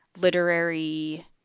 literary